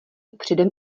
předem